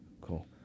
cool